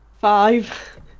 Five